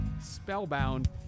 spellbound